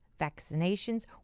vaccinations